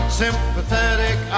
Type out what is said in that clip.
sympathetic